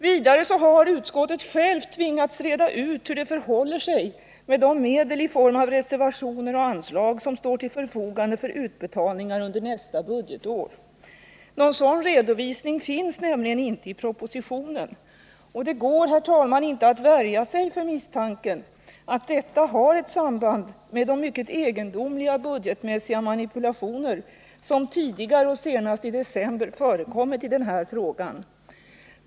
För det andra har utskottet självt tvingats reda ut hur det förhåller sig med de medel i form av reservationer och anslag som står till förfogande för utbetalningar under nästa budgetår. Någon sådan redovisning finns nämligen inte i propositionen. Det går, herr talman, inte att värja sig för misstanken att detta har ett samband med de mycket egendomliga budgetmässiga manipulationer som tidigare, senast i december, förekommit i denna fråga.